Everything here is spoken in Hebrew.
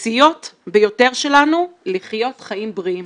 הבסיסיות ביותר שלנו לחיות חיים בריאים